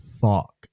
fuck